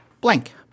Blank